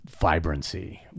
vibrancy